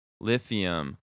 lithium